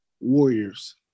Warriors